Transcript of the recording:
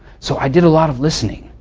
so i did a lot of listening.